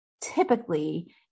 typically